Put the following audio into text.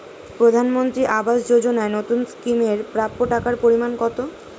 প্রধানমন্ত্রী আবাস যোজনায় নতুন স্কিম এর প্রাপ্য টাকার পরিমান কত?